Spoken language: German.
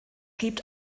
gibt